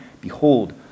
behold